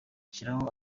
shyiraho